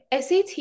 SAT